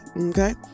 okay